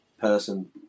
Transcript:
person